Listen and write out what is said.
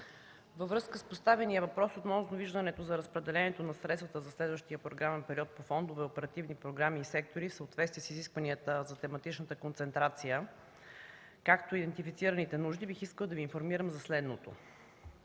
Във връзка с поставения въпрос относно виждането за разпределението на средствата за следващия програмен период по фондове, оперативни програми и сектори в съответствие с изискванията за тематичната концентрация, както и идентифицираните нужди, бих искала да Ви информирам за следното.